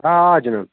آ آ جِناب